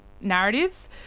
narratives